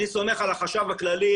אני סומך על החשב הכללי,